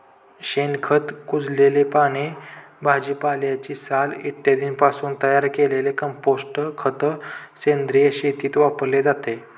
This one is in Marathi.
शेणखत, कुजलेली पाने, भाजीपाल्याची साल इत्यादींपासून तयार केलेले कंपोस्ट खत सेंद्रिय शेतीत वापरले जाते